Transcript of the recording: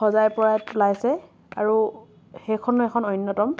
সজাই পৰাই তোলাইছে আৰু সেইখনো এখন অন্য়তম